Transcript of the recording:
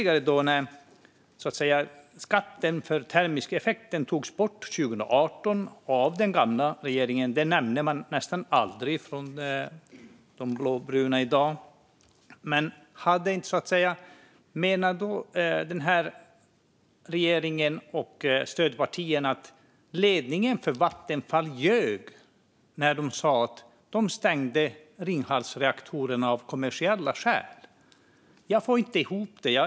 Att skatten för termisk effekt togs bort 2018 av den gamla regeringen nämner de blåbruna nästan aldrig. Menar denna regering och stödpartiet att ledningen för Vattenfall ljög när de sa att de stängde Ringhalsreaktorerna av kommersiella skäl? Jag får inte ihop det.